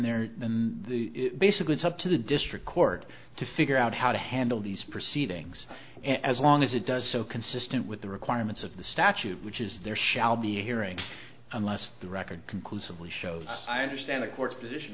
in the basically it's up to the district court to figure out how to handle these proceedings as long as it does so consistent with the requirements of the statute which is there shall be a hearing unless the record conclusively shows i understand the court's position